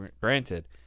Granted